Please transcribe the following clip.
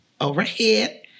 overhead